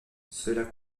cela